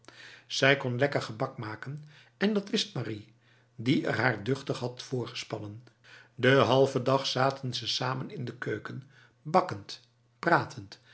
zij kon lekker gebak maken en dat wist marie die er haar duchtig had voorgespannen de halve dag zaten ze samen in de keuken bakkend pratend